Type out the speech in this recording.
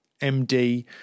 MD